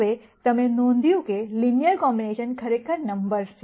હવે તમે નોંધ્યું છે કે લિનયર કોમ્બિનેશન ખરેખર નમ્બર્સ છે